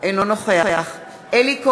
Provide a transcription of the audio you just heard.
אינו נוכח אלי כהן,